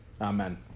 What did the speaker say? Amen